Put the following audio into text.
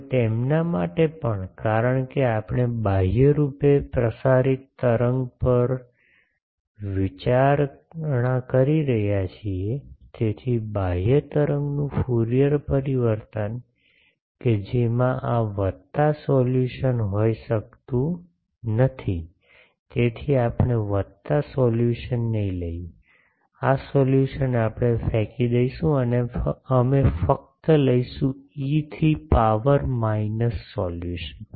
હવે તેમના માટે પણ કારણ કે આપણે બાહ્યરૂપે પ્રસારિત તરંગ પર વિચારણા કરી રહ્યા છીએ તેથી બાહ્ય તરંગનું ફ્યુરિયર પરિવર્તન કે જેમાં આ વત્તા સોલ્યુશન હોઈ શકતું નથી તેથી આપણે વત્તા સોલ્યુશન નહીં લઈએ આ સોલ્યુશન આપણે ફેંકી દઈશું અને અમે ફક્ત લઈશું ઇ થી પાવર માઈનસ સોલ્યુશન